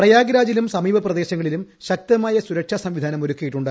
പ്രയാഗ്രാജിലും സമീപ പ്രദേശങ്ങളിലും ശക്തമായ സുരക്ഷ സംവിധാനം ഒരുക്കിയിട്ടുണ്ട്